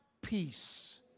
peace